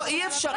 לא, אי-אפשר.